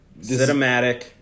Cinematic